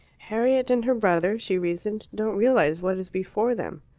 harriet and her brother, she reasoned, don't realize what is before them.